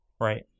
Right